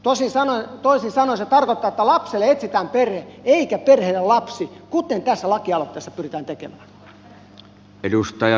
toisin sanoen se tarkoittaa että lapselle etsitään perhe eikä perheelle lapsi kuten tässä lakialoitteessa pyritään tekemään